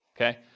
okay